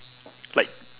like